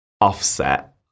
offset